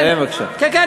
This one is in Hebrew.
לסיים בבקשה.